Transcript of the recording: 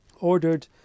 ordered